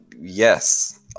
Yes